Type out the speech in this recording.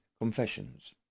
confessions